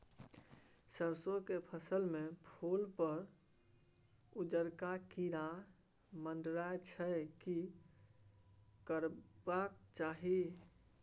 सरसो के फसल में फूल पर उजरका कीरा मंडराय छै की करबाक चाही?